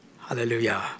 Hallelujah